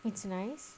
it's nice